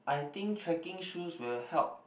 I think trekking shoes will help